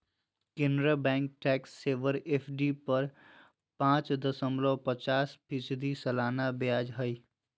Canara bank tax saver FD पर पाच दशमलब पचास फीसदी सालाना ब्याज हइ